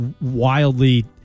wildly